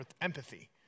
empathy